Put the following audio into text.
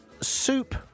soup